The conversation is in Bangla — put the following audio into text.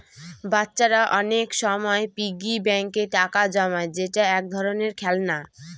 বাচ্চারা অনেক সময় পিগি ব্যাঙ্কে টাকা জমায় যেটা এক ধরনের খেলনা